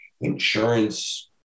Insurance